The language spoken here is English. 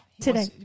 Today